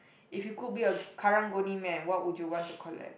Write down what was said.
if you could be a Karang-Guni man what would you want to collect